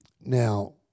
now